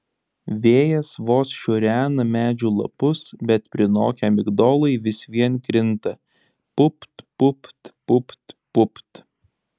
vėjas vos šiurena medžių lapus bet prinokę migdolai vis vien krinta pupt pupt pupt pupt